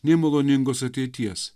nei maloningos ateities